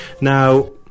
now